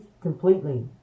completely